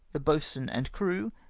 the boatswain and crew,